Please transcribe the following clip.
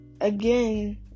again